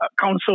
council